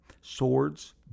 Swords